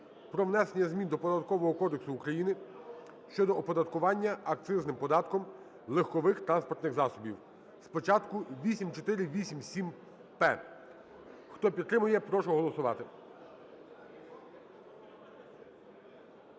про внесення змін до Податкового кодексу України щодо оподаткування акцизним податком легкових транспортних засобів. Спочатку 8487-П, хто підтримує, прошу голосувати.